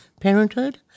parenthood